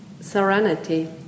serenity